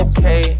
Okay